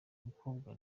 mukobwa